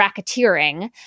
racketeering